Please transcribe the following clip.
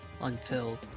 unfilled